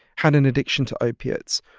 had an addiction to opiates.